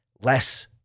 less